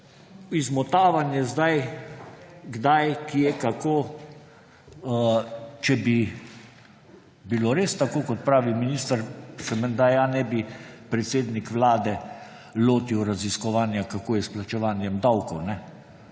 izmotavanje zdaj kdaj, kje, kako, če bi bilo res tako, kot pravi minister, se menda ja ne bi predsednik Vlade lotil raziskovanja, kako je s plačevanjem davkov, ker